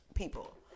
people